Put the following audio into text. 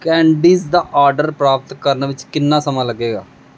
candies ਦਾ order ਪ੍ਰਾਪਤ ਕਰਨ ਵਿੱਚ ਕਿੰਨਾਂ ਸਮਾਂ ਲੱਗੇਗਾ